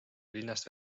linnast